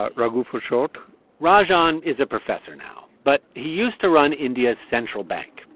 ah raghu for short rajan is a professor now, but he used to run india's central bank.